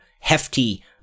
hefty